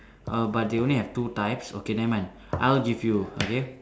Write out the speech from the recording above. err but they only have two types okay never mind I will give you okay